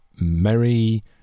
merry